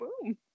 Boom